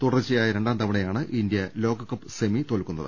തുടർച്ചയായ രണ്ടാംതവ ണയാണ് ഇന്ത്യ ലോകകപ്പ് സെമി തോൽക്കുന്നത്